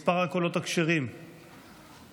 מספר הקולות הכשרים 115,